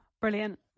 Brilliant